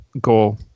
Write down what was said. goal